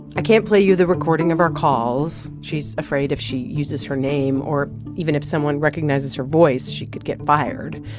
i can't play you the recording of our calls. she's afraid if she uses her name or even if someone recognizes her voice, she could get fired.